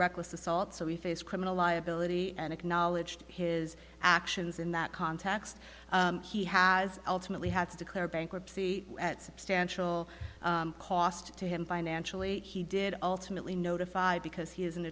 reckless assault so we face criminal liability and acknowledged his actions in that context he has ultimately had to declare bankruptcy at substantial cost to him financially he did ultimately notified because he is an